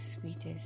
sweetest